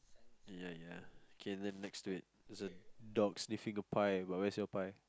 ya ya okay then next to it there's a dog sniffing a pie but where's your pie